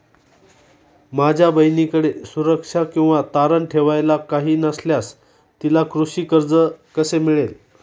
माझ्या बहिणीकडे सुरक्षा किंवा तारण ठेवायला काही नसल्यास तिला कृषी कर्ज कसे मिळेल?